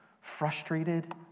frustrated